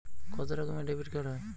কত রকমের ডেবিটকার্ড হয়?